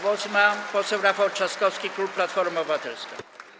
Głos ma poseł Rafał Trzaskowski, klub Platforma Obywatelska.